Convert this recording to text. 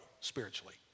spiritually